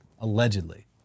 allegedly